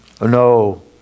No